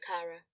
kara